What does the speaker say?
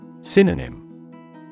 Synonym